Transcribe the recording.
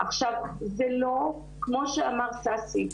עכשיו זה לא כמו שאמר ששי,